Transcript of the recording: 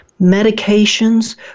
medications